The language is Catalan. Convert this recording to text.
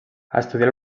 estudià